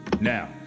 Now